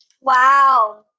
Wow